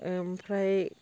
ओमफ्राय